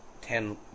ten